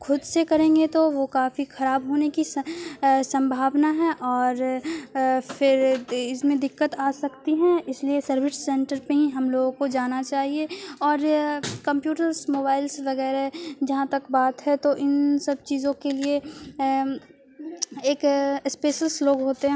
خود سے کریں گے تو وہ کافی خراب ہونے کی سنبھاونا ہے اور پھر اس میں دقت آ سکتی ہیں اس لیے سروس سینٹر پہ ہی ہم لوگوں کو جانا چاہیے اور کمپیوٹرس موبائلس وغیرہ جہاں تک بات ہے تو ان سب چیزوں کے لیے ایک اسپیسلس لوگ ہوتے ہیں